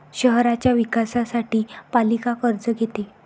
शहराच्या विकासासाठी पालिका कर्ज घेते